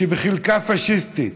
שבחלקה פאשיסטית,